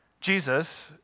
Jesus